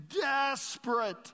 desperate